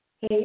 Hey